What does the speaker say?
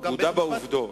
הוא הודה בעובדות.